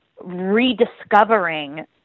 rediscovering